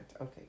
Okay